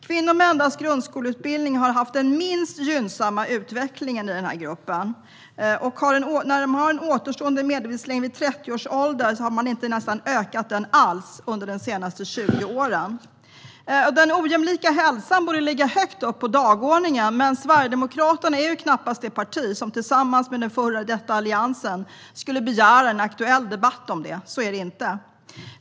Kvinnor med endast grundskoleutbildning har haft den minst gynnsamma utvecklingen i denna grupp. Den återstående medellivslängden vid 30 års ålder har nästan inte ökat alls under de senaste 20 åren. Den ojämlika hälsan borde ligga högt upp på dagordningen, men Sverigedemokraterna är knappast ett parti som tillsammans med den före detta Alliansen skulle begära en aktuell debatt om detta. Det gör de inte.